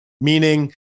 meaning